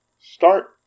Start